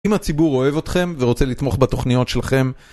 אם הציבור אוהב אותכם ורוצה לתמוך בתוכניות שלכם